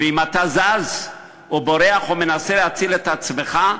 ואם אתה זז או בורח או מנסה להציל את עצמך,